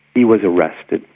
he was arrested,